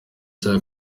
cya